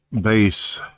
base